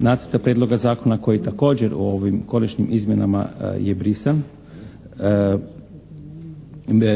Nacrta prijedloga zakona koji također u ovim konačnim izmjenama je brisan.